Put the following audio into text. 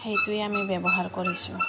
সেইটোৱে আমি ব্যৱহাৰ কৰিছোঁ